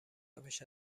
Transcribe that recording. روش